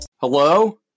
Hello